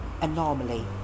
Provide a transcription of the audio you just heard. Anomaly